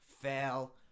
fail